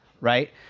right